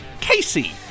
Casey